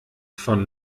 von